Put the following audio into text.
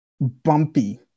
bumpy